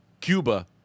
Cuba